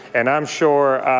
and i'm sure